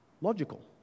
logical